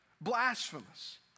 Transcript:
blasphemous